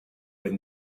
when